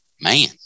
man